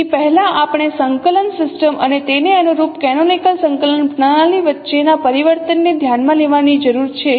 તેથી પહેલાં આપણે આ સંકલન સિસ્ટમ અને તેને અનુરૂપ કેનોનિકલ સંકલન પ્રણાલી વચ્ચેના પરિવર્તનને ધ્યાનમાં લેવાની જરૂર છે